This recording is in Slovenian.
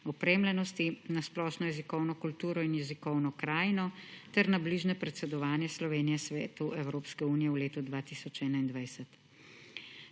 opremljenosti, na splošno jezikovno kulturo in jezikovno krajino ter na bližnje predsedovanje Slovenije Svetu Evropske unije v letu 2021.